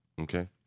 Okay